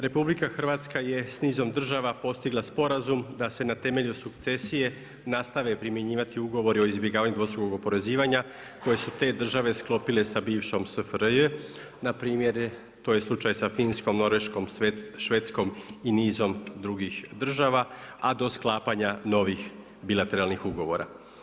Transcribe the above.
RH je sa nizom država postigla sporazum da se na temelju sukcesije nastave primjenjivati ugovori o izbjegavanju dvostrukog oporezivanja koje su te države sklopile sa bivšom SFRJ npr. to je slučaj sa Finskom, Norveškom, Švedskom i nizom drugih država a do sklapanja novih bilateralnih ugovora.